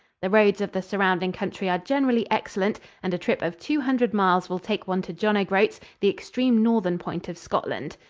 the roads of the surrounding country are generally excellent, and a trip of two hundred miles will take one to john o'groats, the extreme northern point of scotland.